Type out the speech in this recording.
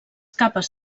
capes